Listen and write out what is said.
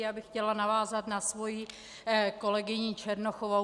Já bych chtěla navázat na svoji kolegyni Černochovou.